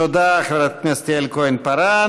תודה, חברת הכנסת יעל כהן-פארן.